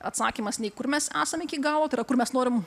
atsakymas nei kur mes esame iki galo tai yra kur mes norim